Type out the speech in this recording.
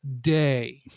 day